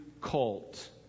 cult